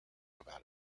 about